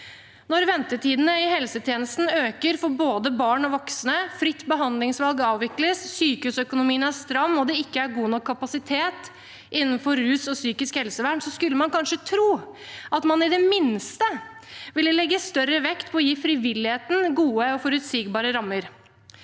Når ventetidene i helsetjenesten øker for både barn og voksne, fritt behandlingsvalg avvikles, sykehusøkonomien er stram og det ikke er god nok kapasitet innenfor rus og psykisk helsevern, skulle man kanskje tro at man i det minste ville legge større vekt på å gi frivilligheten gode og forutsigbare rammer.